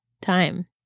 time